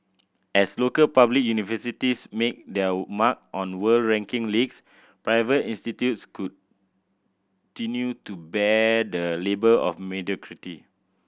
as local public universities make their mark on world ranking leagues private institutes continue to bear the label of mediocrity